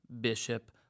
bishop